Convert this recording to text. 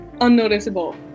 unnoticeable